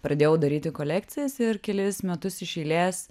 pradėjau daryti kolekcijas ir kelis metus iš eilės